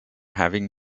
having